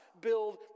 build